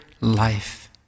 life